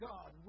God